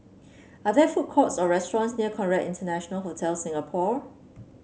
are there food courts or restaurants near Conrad International Hotel Singapore